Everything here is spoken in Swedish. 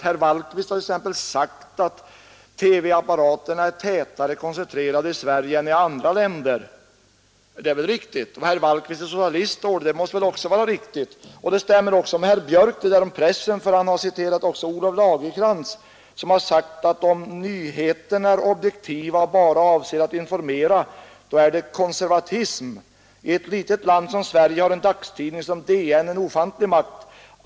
Herr Wallquist har t.ex. sagt att ”TV-apparater är tätare koncentrerade i Sverige än i andra länder”. Det är väl riktigt. Att herr Wallquist är socialist måste väl också vara riktigt. Det där om pressen stämmer också, herr Björk. Och i boken citeras även Olof Lagercrantz, som har sagt: ”Om nyheterna är objektiva och bara avser att informera då är det konservatism. I ett litet land som Sverige har en dagstidning som DN en ofantlig makt.